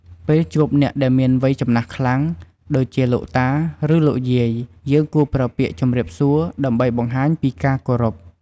ពេលជួបអ្នកដែលមានវ័យចំណាស់ខ្លាំង ដូចជា លោកតា ឬ លោកយាយ យើងគួរប្រើពាក្យជម្រាបសួរដើម្បីបង្ហាញពីការគោរព។